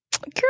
Girl